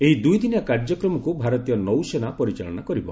ଏହି ଦୁଇଦିନିଆ କାର୍ଯ୍ୟକ୍ରମକୁ ଭାରତୀୟ ନୌସେନା ପରିଚାଳନା କରିବ